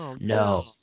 No